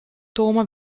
tooma